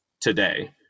today